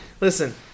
listen